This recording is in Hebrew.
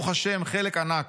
חלק ענק.